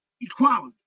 equality